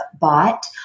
bought